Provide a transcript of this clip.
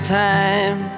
time